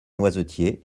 noisetiers